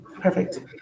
perfect